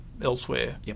elsewhere